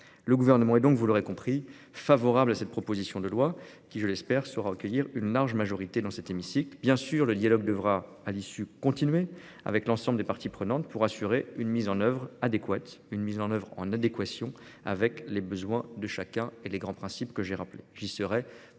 Le Gouvernement est donc, vous l'aurez compris, favorable à cette proposition de loi qui, je l'espère, saura recueillir une large majorité des suffrages dans cet hémicycle. Bien sûr, le dialogue devra continuer avec l'ensemble des parties prenantes pour assurer une mise en oeuvre de ce texte qui soit en adéquation avec les besoins de chacun et les grands principes que j'ai rappelés.